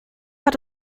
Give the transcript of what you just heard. hat